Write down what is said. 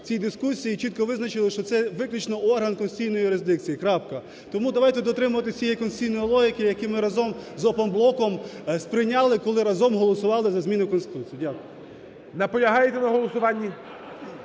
цій дискусії, чітко визначили, що це виключно орган конституційної юрисдикції. Крапка. Тому давайте дотримуватися цієї конституційної логіки, яку ми разом з Опоблоком сприйняли, коли разом голосували за зміни в Конституції. Дякую. ГОЛОВУЮЧИЙ. Наполягаєте на голосуванні?